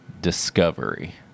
discovery